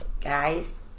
Guys